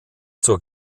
zur